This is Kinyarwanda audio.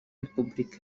repuburika